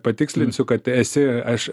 patikslinsiu kad esi aš